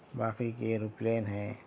باقی کے ایروپلین ہیں